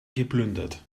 geplündert